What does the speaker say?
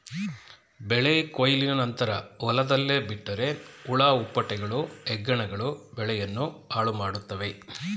ಬೆಳೆ ಕೊಯ್ಲಿನ ನಂತರ ಹೊಲದಲ್ಲೇ ಬಿಟ್ಟರೆ ಹುಳ ಹುಪ್ಪಟೆಗಳು, ಹೆಗ್ಗಣಗಳು ಬೆಳೆಯನ್ನು ಹಾಳುಮಾಡುತ್ವೆ